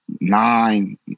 nine